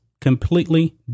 completely